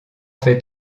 fais